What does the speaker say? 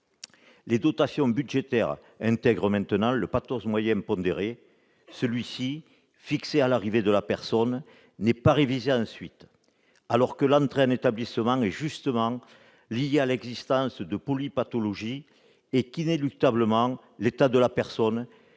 Les dotations budgétaires intègrent maintenant le pathos moyen pondéré, le PMP. Celui-ci, fixé à l'arrivée de la personne, n'est pas révisé ensuite, alors que l'entrée en établissement est justement liée à l'existence de polypathologies, et qu'inéluctablement l'état de la personne se